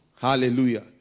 Hallelujah